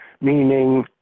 meaning